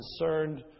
concerned